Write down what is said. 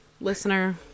Listener